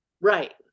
Right